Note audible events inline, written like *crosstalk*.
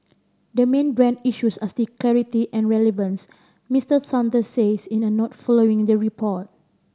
the main brand issues are still clarity and relevance Mister Saunders said *unintelligible* in a note following the report